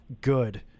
good